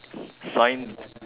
sign